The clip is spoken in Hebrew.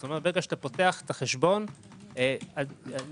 כלומר ברגע שאתה פותח את החשבון